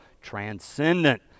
transcendent